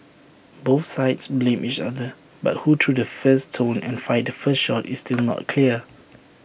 both sides blamed each other but who threw the first stone and fired the first shot is still not clear